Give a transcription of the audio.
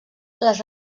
les